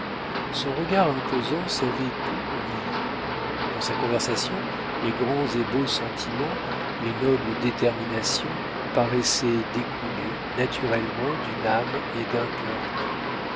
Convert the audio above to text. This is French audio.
son regard imposant savait tout nier dans sa conversation les grands et beaux sentiments les nobles déterminations paraissaient découler naturellement d'une âme et d'un cœur pur